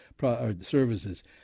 services